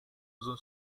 uzun